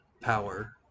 power